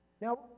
Now